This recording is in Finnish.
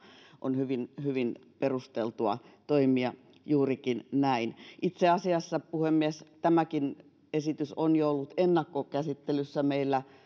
on hyvin hyvin perusteltua toimia juurikin näin puhemies itse asiassa tämäkin esitys on jo ollut ennakkokäsittelyssä meillä